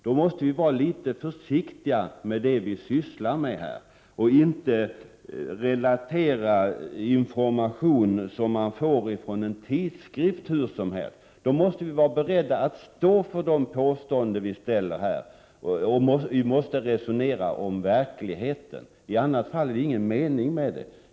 Då måste man vara litet mer försiktig med vad man sysslar med, inte relatera information som man får från en tidskrift hur som helst. Då måste man vara beredd att stå för de påståenden man ställer och resonera om verkligheten. I annat fall är det ingen mening med debatten.